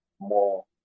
more